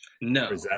No